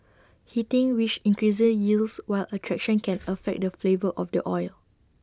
heating which increases yields while extraction can affect the flavour of the oil